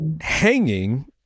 hanging